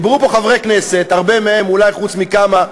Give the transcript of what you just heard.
דיברו פה חברי כנסת, הרבה מהם, אולי חוץ מכמה,